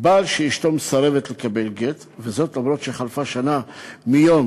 בעל שאשתו מסרבת לקבל גט אף שחלפה שנה מיום